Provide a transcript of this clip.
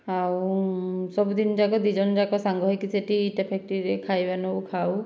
ଆଉ ସବୁଦିନ ଯାକ ଦୁଇଜଣ ଯାକ ସାଙ୍ଗ ହୋଇକି ସେହିଠି ଇଟା ଫ୍ୟାକ୍ଟ୍ରିରେ ଖାଇବା ନେଉ ଖାଉ